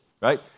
Right